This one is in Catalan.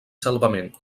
salvament